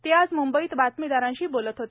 ते आज म्ंबईत बातमीदारांशी बोलत होते